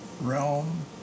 realm